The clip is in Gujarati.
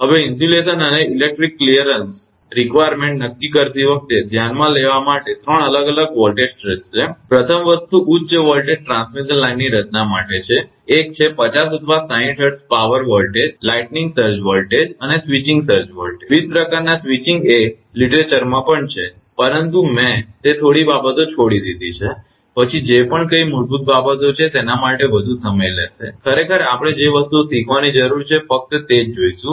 હવે ઇન્સ્યુલેશન અને ઇલેક્ટ્રિકલ ક્લિયરન્સની જરૂરિયાત નક્કી કરતી વખતે ધ્યાનમાં લેવા માટે 3 અલગ અલગ વોલ્ટેજ સ્ટ્રેસ છે પ્રથમ વસ્તુ ઉચ્ચ વોલ્ટેજ ટ્રાન્સમિશન લાઇનની રચના માટે છે એક છે 50 અથવા 60 Hertz power voltage lightning surge voltage અને સ્વિચિંગ સર્જ વોલ્ટેજ વિવિધ પ્રકારની સ્વિચિંગ એ સાહિત્યમાં પણ છે પરંતુ મેં તે બાબતો છોડી દીધી છે પછી જે કંઈપણ મૂળભૂત બાબતો છે તેના માટે તે વધુ સમય લેશે ખરેખર આપણે જે વસ્તુઓ શીખવાની જરૂર છે ફક્ત તે જ જોઇશું